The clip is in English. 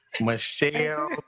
Michelle